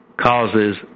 causes